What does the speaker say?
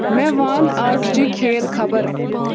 مےٚ ون آزچہِ کھیل خبر